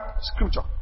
scripture